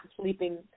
sleeping